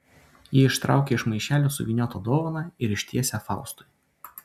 ji ištraukia iš maišelio suvyniotą dovaną ir ištiesia faustui